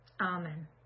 Amen